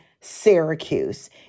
Syracuse